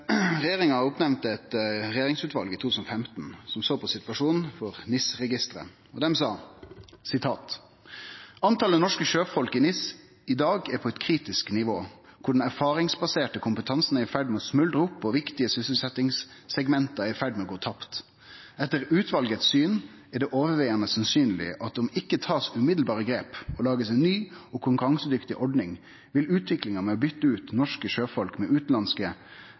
Regjeringa oppnemnde eit utval i 2015 som såg på situasjonen for NIS-registeret. Dei sa at talet på norske sjøfolk i NIS dag er «på et kritisk nivå, hvor den erfaringsbaserte kompetansen er i ferd med å smuldre opp og viktige sysselsettingssegmenter er i ferd med å gå tapt. Etter utvalgets syn er det overveiende sannsynlig at om det ikke tas umiddelbare grep og lages en ny og konkurransedyktig ordning, vil utviklingen med å bytte ut norske sjøfolk med utenlandske